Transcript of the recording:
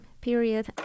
period